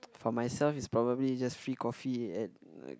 for myself it's probably just free coffee at